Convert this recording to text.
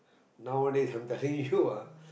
nowadays I'm telling you ah